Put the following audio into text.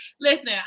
listen